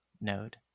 node